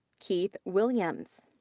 keith williams.